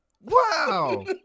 Wow